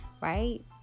right